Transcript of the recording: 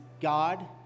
God